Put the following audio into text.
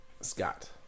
Scott